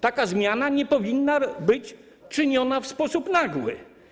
Taka zmiana nie powinna być czyniona w sposób nagły.